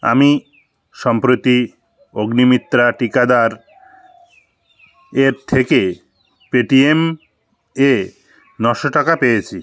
আমি সম্প্রতি অগ্নিমিত্রা টীকাদার এর থেকে পেটিএম এ নশো টাকা পেয়েছি